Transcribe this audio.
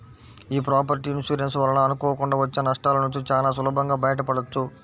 యీ property insurance వలన అనుకోకుండా వచ్చే నష్టాలనుంచి చానా సులభంగా బయటపడొచ్చు